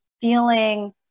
feeling